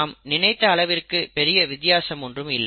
நாம் நினைத்த அளவுக்கு பெரிய வித்தியாசம் ஒன்றும் இல்லை